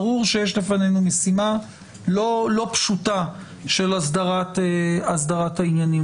ברור שיש לפנינו משימה לא פשוטה של אסדרת העניינים.